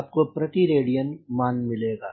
आपको प्रति रेडियन मान मिलेगा